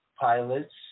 pilots